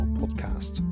podcast